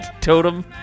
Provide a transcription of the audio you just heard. totem